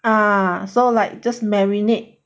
ah so like just marinade